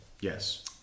Yes